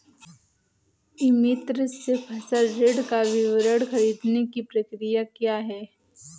ई मित्र से फसल ऋण का विवरण ख़रीदने की प्रक्रिया क्या है?